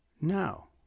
No